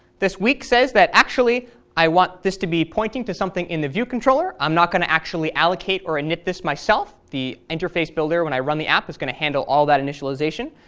this weak says that actually i want this to be pointing to something in the view controller. i'm not going to actually allocate or init this myself. the interface builder, when i run the app, is going to handle all that initialization.